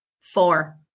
Four